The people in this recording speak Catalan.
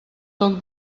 toc